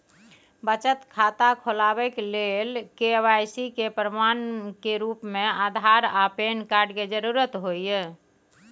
बचत खाता खोलाबय के लेल के.वाइ.सी के प्रमाण के रूप में आधार आर पैन कार्ड के जरुरत होय हय